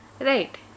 Right